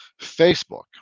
Facebook